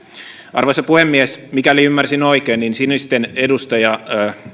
arvoisa puhemies mikäli ymmärsin oikein niin sinisten edustaja